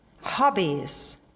hobbies